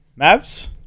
Mavs